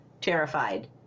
terrified